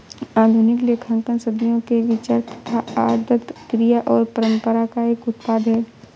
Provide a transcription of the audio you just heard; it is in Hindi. आधुनिक लेखांकन सदियों के विचार, प्रथा, आदत, क्रिया और परंपरा का एक उत्पाद है